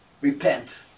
Repent